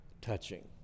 touching